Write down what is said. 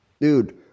Dude